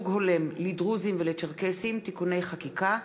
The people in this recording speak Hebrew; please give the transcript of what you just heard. הצעת חוק ייצוג הולם לדרוזים ולצ'רקסים (תיקוני חקיקה),